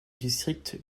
district